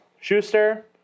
Schuster